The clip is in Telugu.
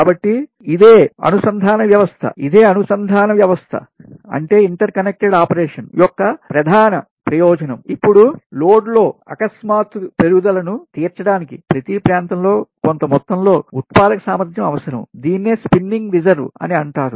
కాబట్టిఇదే అనుసంధానవ్యవస్థ ఇంటర్కనెక్టడ్ ఆపరేషన్ యొక్క ప్రధాన ప్రయోజనం ఇప్పుడు లోడ్లో ఆకస్మిక పెరుగుదలను తీర్చడానికి ప్రతి ప్రాంతంలో కొంత మొత్తంలో ఉత్పాదక సామర్థ్యం అవసరం దీన్నే స్పిన్నింగ్ రిజర్వ్ అని అంటారు